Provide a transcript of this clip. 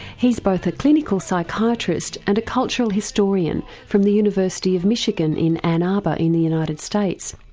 he's both a clinical psychiatrist and a cultural historian from the university of michigan in ann arbor in the united states.